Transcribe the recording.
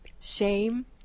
shame